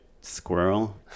Squirrel